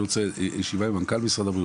אני רוצה ישיבה עם מנכ"ל משרד הבריאות,